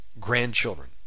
grandchildren